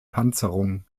panzerung